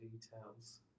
details